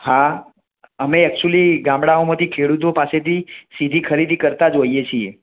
હા અમે એક્ચુલી ગામડાઓમાંથી ખેડૂતો પાસેથી સીધી ખરીદી કરતા જ હોઇએ છીએ